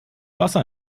wasser